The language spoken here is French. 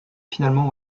finalement